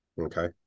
okay